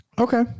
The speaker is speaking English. Okay